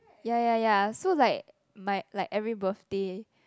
ya ya ya so like my like every birthday